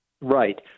Right